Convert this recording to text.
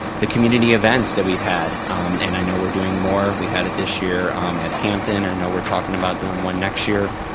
the community events that we've had and i know we're doing more. we had it this year um at hampton and i know we're talking about doing one next year.